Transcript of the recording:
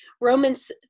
Romans